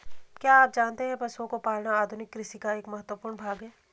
क्या आप जानते है पशुओं को पालना आधुनिक कृषि का एक महत्वपूर्ण भाग है?